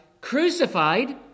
crucified